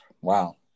Wow